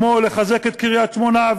כמו לחזק את קריית-שמונה,